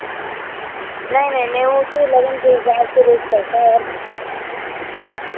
नहीं नहीं नहीं वह तो लगन के हिसाब से रेट पड़ता है और क्या